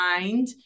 mind